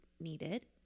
needed